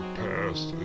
past